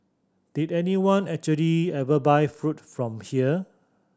did anyone actually ever buy food from here